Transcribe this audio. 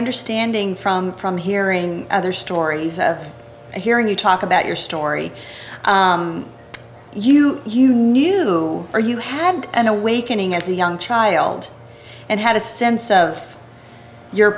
understanding from from hearing other stories and hearing you talk about your story you you knew who are you had an awakening as a young child and had a sense of your